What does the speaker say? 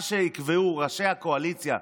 מה שיקבעו ראשי הקואליציה,